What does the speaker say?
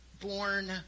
born